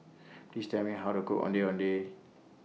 Please Tell Me How to Cook Ondeh Ondeh